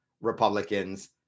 Republicans